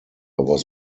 was